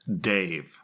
Dave